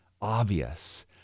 obvious